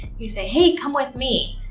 you say, hey, come with me,